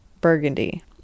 burgundy